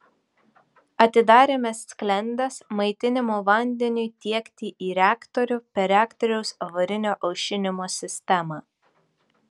atidarėme sklendes maitinimo vandeniui tiekti į reaktorių per reaktoriaus avarinio aušinimo sistemą